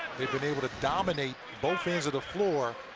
they've been able to dominate both ends of the floor.